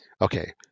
okay